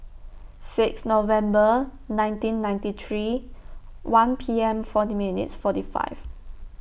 six November nineteen ninety three one P M forty minutes forty five